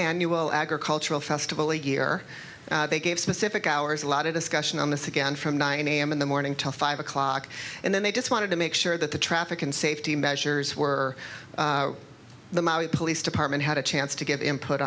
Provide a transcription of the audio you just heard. annual agricultural festival a year they gave specific hours a lot of discussion on this again from nine a m in the morning till five o'clock and then they just wanted to make sure that the traffic and safety measures were the police department had a chance to give input